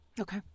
okay